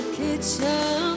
kitchen